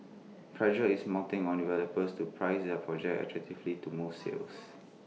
pressure is mounting on developers to price their projects attractively to move sales